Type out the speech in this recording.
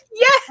Yes